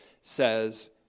says